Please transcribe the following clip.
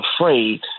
afraid